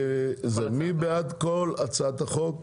מי בעד הצעת החוק?